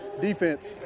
defense